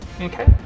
Okay